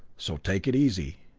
so take it easy.